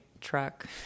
truck